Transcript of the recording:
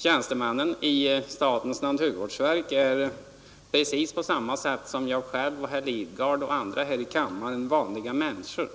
Tjänstemännen i statens naturvårdsverk är precis på samma sätt som jag själv och herr Lidgard och andra här i kammaren vanliga människor,